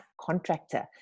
contractor